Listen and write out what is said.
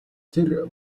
тэр